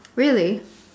really